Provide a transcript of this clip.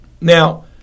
Now